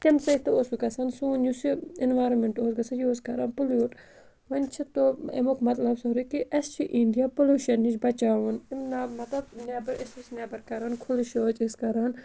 تمہِ سۭتۍ تہِ اوسُکھ گژھان سون یُس یہِ اینوارمینٹ اوس گژھان یوٗز کران پٔلیوٗٹ وۄنۍ چھِ تو امیُک مطلب سورُے کہِ اَسہِ چھُ اِنڈیا پُلوشَن نِش بَچاوُن یِم نہ مطلب نیٚبر أسۍ ٲسۍ نیٚبَر کَران کھُلہٕ شوچ ٲسۍ کَران